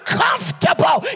comfortable